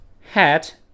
hat